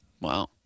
Wow